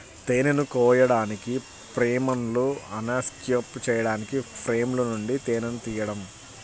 తేనెను కోయడానికి, ఫ్రేమ్లను అన్క్యాప్ చేయడానికి ఫ్రేమ్ల నుండి తేనెను తీయడం